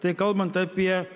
tai kalbant apie